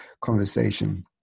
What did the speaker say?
conversation